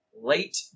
late